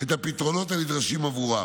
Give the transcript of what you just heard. את הפתרונות הנדרשים עבורם.